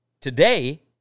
today